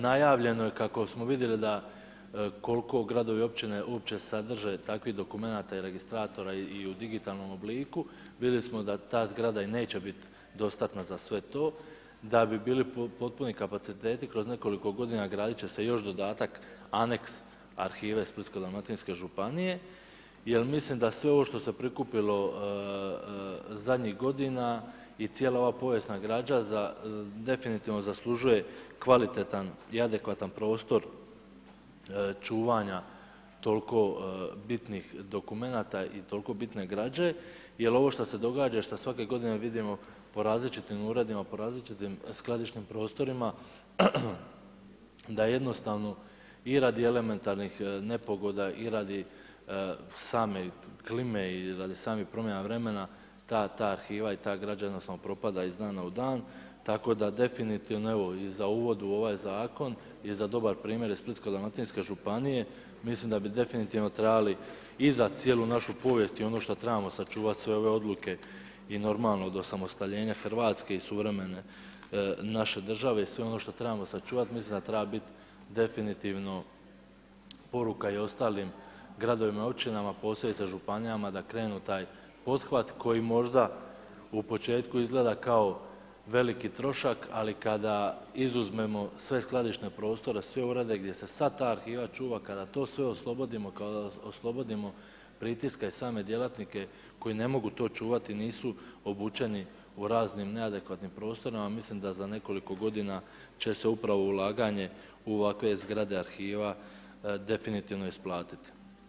Najavljeno je kako smo vidjeli da koliko gradovi i općine uopće sadrže takvih dokumenata i registratora i u digitalnom obliku, vidjeli smo da ta zgrada neće bit dostatna za sve to, da bi bili potpuni kapaciteti, kroz za nekoliko godina gradit će se još dodatak, aneks arhiva Splitsko-dalmatinske županije jer mislim da sve ovo što se prikupilo zadnjih godina i cijela ova povijesna građa definitivno zaslužuje kvalitetan i adekvatan prostor čuvanja toliko bitnih dokumenata i toliko bitne građe jer ovo štose događa i šta svake godine vidimo po različitim uredima, po različitim skladišnim prostorima da jednostavno i radi elementarnih nepogoda i radi same klime i radi samih promjena vremena, ta arhiva i ta građa jednostavno propada iz dana u dan, tako da definitivno evo, i za uvod u ovaj zakon, i za dobar primjer iz Splitsko-dalmatinske županije, mislim da bi definitivno trebali i za cijelu našu povijest i ono što trebamo sačuvati, sve ove odluke i normalno od osamostaljenja Hrvatske, suvremene naše države i sve ono što trebamo sačuvati, mislim da treba biti definitivno poruka i ostalim gradovima i općinama posebice županijama da krenu u taj pothvat koji možda u početku izgleda kao veliki trošak ali kada izuzmemo sve skladišne prostore, sve urede gdje se sad ta arhiva čuva, kada to sve oslobodimo, kada oslobodimo pritiske i same djelatnike koji ne mogu to čuvati, nisu obučeni u raznim neadekvatnim prostorima, mislim da za nekoliko godina će se upravo ulaganje u ovakve zgrade arhiva definitivno isplatiti.